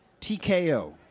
TKO